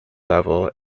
level